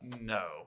no